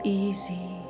easy